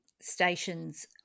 stations